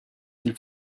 qu’il